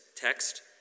text